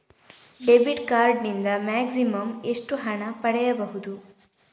Debit card ನಿಂದ maximum ಎಷ್ಟು ಹಣ ಪಡೆಯಬಹುದು?